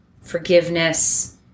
forgiveness